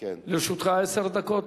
לרשותך עשר דקות.